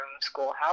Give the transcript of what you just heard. schoolhouse